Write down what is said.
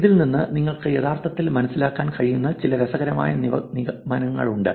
ഇതിൽ നിന്ന് നിങ്ങൾക്ക് യഥാർത്ഥത്തിൽ മനസ്സിലാക്കാൻ കഴിയുന്ന ചില രസകരമായ നിഗമനങ്ങളുണ്ട്